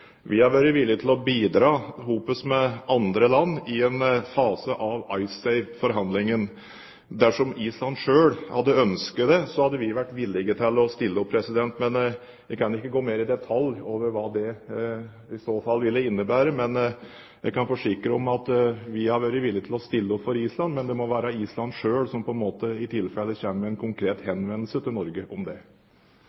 vi har vært villige til å bidra, sammen med andre land, i en fase av IceSave-forhandlingene. Dersom Island selv hadde ønsket det, hadde vi vært villige til å stille opp, men jeg kan ikke gå mer i detalj på hva det i så fall ville innebære, men jeg kan forsikre om at vi har vært villige til å stille opp for Island, men det må i tilfelle være Island selv som må komme med en konkret henvendelse til Norge om det. Jeg er enig med